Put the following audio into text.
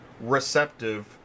receptive